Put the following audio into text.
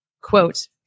quote